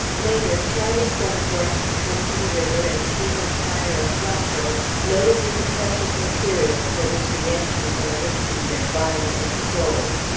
later, charlie sent for us to come to the river and see him fire a flatboat loaded with the precious material for which the yankees are risking their bodies and souls.